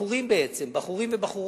ראית ילדים, בחורים בעצם, בחורים ובחורות,